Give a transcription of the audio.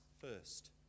first